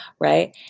right